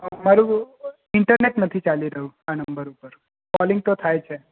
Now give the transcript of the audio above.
મારું ઇન્ટરનેટ નથી ચાલી રહ્યું આ નંબર ઉપર કોલિંગ તો થાય છે